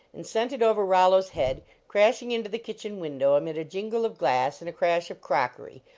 and sent it over rollo s head, crashing into the kitchen window amid a jingle of glass and a crash of crockery,